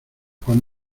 juan